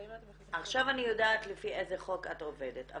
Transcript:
עכשיו אני יודעת לפי איזה חוק את עובדת,